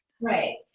Right